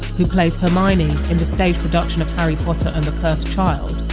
who plays hermione in the stage production of harry potter and the cursed child,